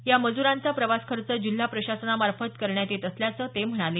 या मजूरांचा प्रवास खर्च जिल्हा प्रशासनामार्फत करण्यात येत असल्याचं ते म्हणाले